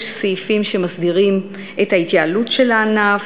יש סעיפים שמסדירים את ההתייעלות של הענף,